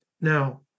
Now